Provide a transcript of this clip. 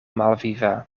malviva